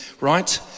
right